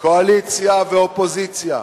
קואליציה ואופוזיציה,